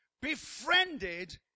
befriended